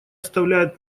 оставляет